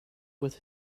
with